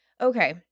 Okay